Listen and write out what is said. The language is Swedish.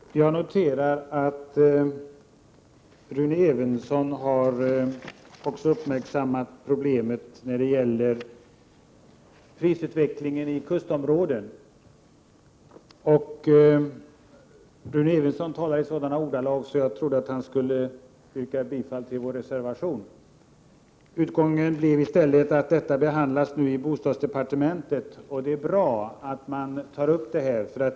Herr talman! Jag noterar att Rune Evensson också har uppmärksammat problemen med prisutvecklingen i kustområdena. Rune Evensson talade i sådana ordalag att jag trodde han skulle yrka bifall till vår reservation. Utgången blev i stället att detta problem nu behandlas i bostadsdepartementet. Det är bra att detta problem tas upp.